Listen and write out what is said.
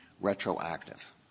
retroactive